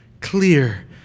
clear